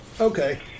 Okay